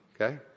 Okay